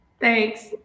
Thanks